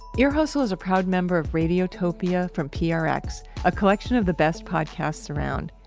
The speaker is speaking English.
ear hustle is a proud member of radiotopia from prx, a collection of the best podcasts around.